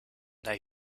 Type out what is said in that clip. der